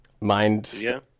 Mind